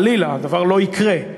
חלילה, הדבר לא יקרה,